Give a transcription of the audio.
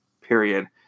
period